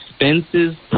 expenses